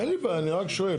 אין לי בעיה, אני רק שואל.